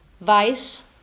vice